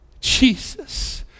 Jesus